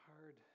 hard